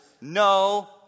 no